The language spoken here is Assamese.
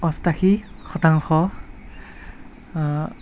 অষ্ঠাশী শতাংশ